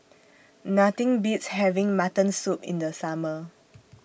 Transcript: Nothing Beats having Mutton Soup in The Summer